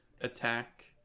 attack